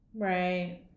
Right